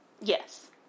Yes